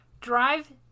drive